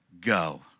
go